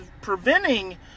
preventing